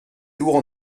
lourd